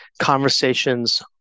conversations